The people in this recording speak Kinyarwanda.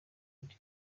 lady